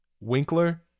Winkler